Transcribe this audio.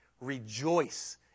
rejoice